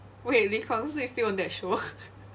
wait lee kwang soo is still on that show